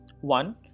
One